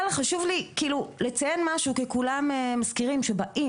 אבל חשוב לי לציין משהו כי כולם מזכירים שבאים